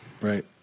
right